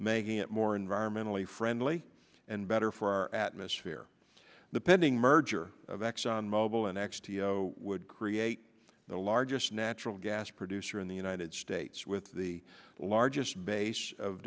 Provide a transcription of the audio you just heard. making it more environmentally friendly and better for our atmosphere the pending merger of exxon mobil and x to go would create the largest natural gas producer in the united states with the largest base of